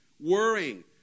worrying